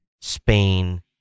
spain